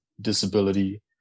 disability